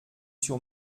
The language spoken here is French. sur